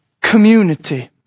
community